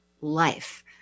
life